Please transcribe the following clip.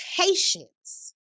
Patience